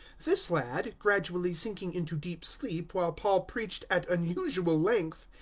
this lad, gradually sinking into deep sleep while paul preached at unusual length,